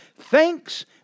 thanks